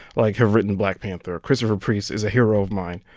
like, have written black panther. christopher priest is a hero of mine,